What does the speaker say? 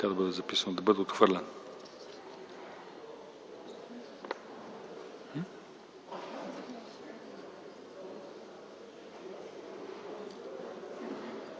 да бъде отхвърлен,